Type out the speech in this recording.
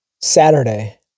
Saturday